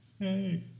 hey